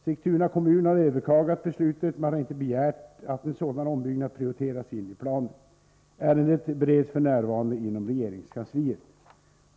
Sigtuna kommun har överklagat beslutet men har inte begärt att en sådan ombyggnad prioriteras in i planen. Ärendet bereds f.n. inom regeringskansliet.